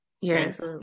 yes